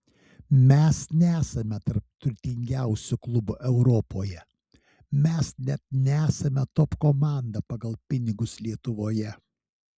mes nesame tarp turtingiausių klubų europoje mes net nesame top komanda pagal pinigus lietuvoje